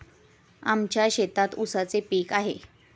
आमच्या शेतात ऊसाचे पीक आहे